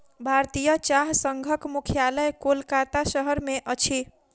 भारतीय चाह संघक मुख्यालय कोलकाता शहर में अछि